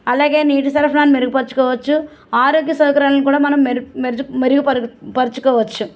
అలాగే నీటి సరఫరాని మెరుగుపరచుకోవచ్చు ఆరోగ్య సౌకర్యాలను కూడా మనము మెరుగు మెరుగు మెరుగు పరచుకోవచ్చు